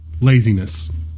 laziness